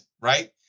right